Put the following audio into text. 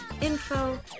info